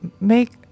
make